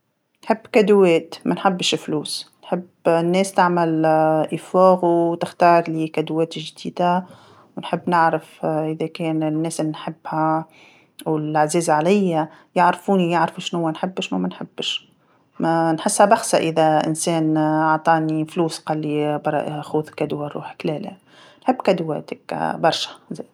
نحب الكادووات ما نحبش الفلوس، نحب الناس تعمل مجهود وتختارلي كادووات جديده ونحب نعرف إذا كان الناس اللي نحبها والعزاز عليا يعرفوني ويعرفو شناوا نحب وشناوا ما نحبش، نحسها باخسه إذا إنسان عطاني فلوس قالي خوذ كادو لروحك، لا لا، نحب الكادووات برشا زاده.